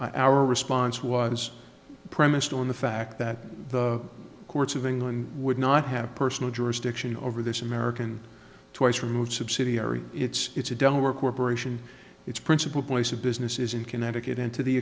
our response was premised on the fact that the courts of england would not have personal jurisdiction over this american twice removed subsidiary it's a dental work or peroration its principal place of business is in connecticut and to the